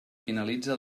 finalitza